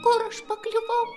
kur aš pakliuvau